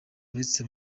uretse